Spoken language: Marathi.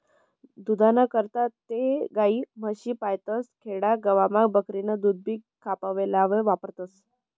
दूधना करता ते गायी, म्हशी पायतस, खेडा गावमा बकरीनं दूधभी खावापेवाले वापरतस